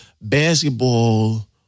basketball